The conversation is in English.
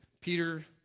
Peter